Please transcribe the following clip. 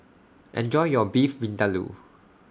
Enjoy your Beef Vindaloo